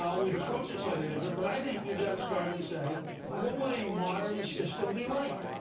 um we'd approach it slightly different, but i think you've got to start and say what would a modern system be like?